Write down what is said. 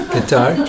Guitar